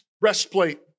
breastplate